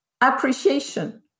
Appreciation